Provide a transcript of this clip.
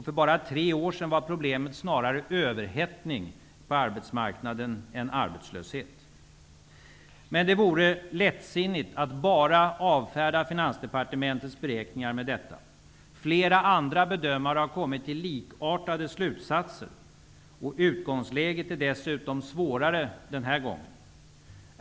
För bara tre år sedan var problemet snarare överhettning på arbetsmarknaden än arbetslöshet. Men det vore lättsinnigt att bara avfärda Finansdepartementets beräkningar med detta. Flera andra bedömare har kommit till likartade slutsatser. Utgångsläget är dessutom svårare den här gången.